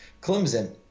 Clemson